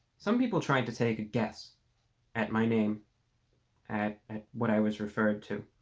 some people tried to take a guess at my name at what i was referred to